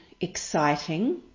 exciting